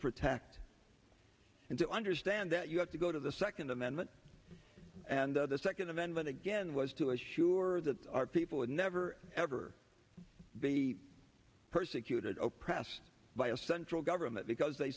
protect and to understand that you have to go to the second amendment and the second amendment again was to assure that our people would never ever be persecuted across by a central government because they